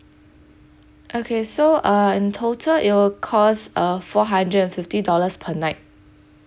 okay so uh in total it will cost uh four hundred and fifty dollars per night